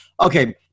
okay